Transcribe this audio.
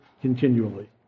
continually